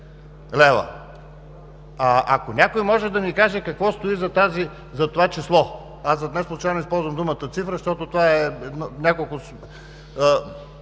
лв. Ако някой може, да ни каже какво стои зад това число? Аз неслучайно не използвам думата „цифра“, защото това са няколко